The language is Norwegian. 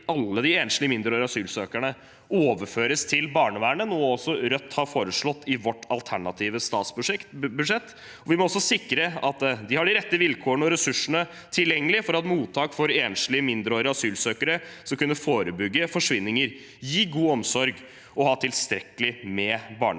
alle de enslige mindreårige asylsøkerne overføres til barnevernet, noe vi i Rødt har foreslått i vårt alternative statsbudsjett. Vi må også sikre at de har de rette vilkårene og ressursene tilgjengelig for at mottak for enslige mindreårige asylsøkere skal kunne forebygge forsvinninger, gi god omsorg og ha tilstrekkelig med barnefaglig